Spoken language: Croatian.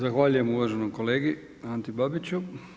Zahvaljujem uvaženom kolegi Anti Babiću.